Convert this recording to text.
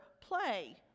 play